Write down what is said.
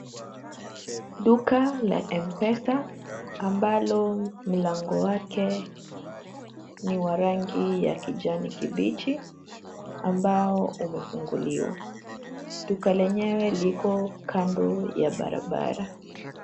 Duka la mpesa ambalo mlango wake ni wa rangi ya kijani kibichi, ambao umefunguliwa. Duka lenyewe liko kando ya barabara.